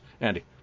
andy